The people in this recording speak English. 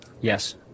Yes